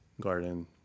garden